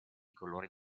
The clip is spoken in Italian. colori